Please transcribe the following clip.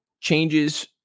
changes